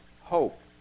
Hope